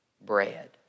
bread